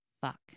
fuck